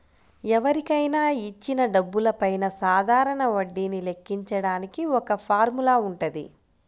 ఎవరికైనా ఇచ్చిన డబ్బులపైన సాధారణ వడ్డీని లెక్కించడానికి ఒక ఫార్ములా వుంటది